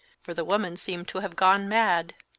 for the woman seemed to have gone mad.